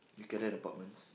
you can rent apartments